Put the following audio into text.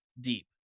Deep